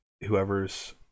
whoever's